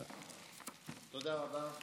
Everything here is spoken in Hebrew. תודה רבה.